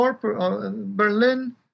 Berlin